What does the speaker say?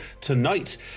tonight